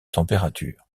température